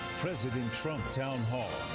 president trump town hall.